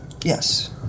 Yes